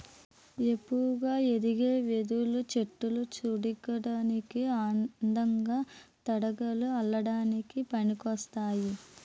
ఏపుగా ఎదిగే వెదురు చెట్టులు సూడటానికి అందంగా, తడకలు అల్లడానికి పనికోస్తాయి